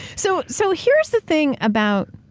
so so here's the thing about